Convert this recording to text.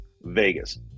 Vegas